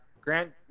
Grant